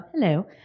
hello